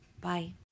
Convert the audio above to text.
Bye